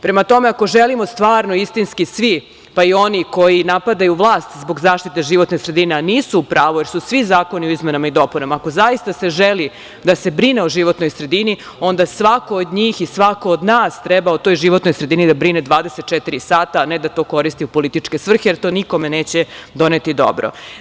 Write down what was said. Prema tome, ako želimo stvarno i istinski svi, pa i oni koji napadaju vlast zbog zaštite životne sredine, a nisu u pravu, jer su svi zakoni o izmenama i dopunama, ako zaista se želi da se brine o životnoj sredini, onda svako od njih i svako od nas treba o toj životnoj sredini da brine 24 sata, a ne da to koriste u političke svrhe, jer to nikome neće doneti dobro.